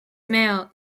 male